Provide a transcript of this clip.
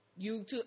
YouTube